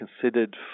considered